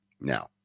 Now